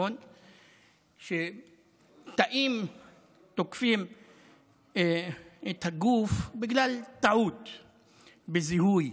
שתאים תוקפים את הגוף בגלל טעות בזיהוי.